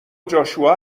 جاشوا